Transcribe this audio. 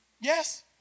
Yes